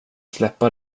släppa